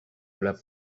the